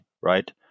right